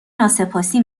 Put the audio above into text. ناسپاسی